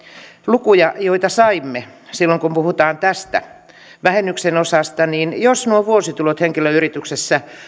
lukuja joita saimme silloin kun puhutaan tästä vähennyksen osasta jos vuositulot henkilöyrityksessä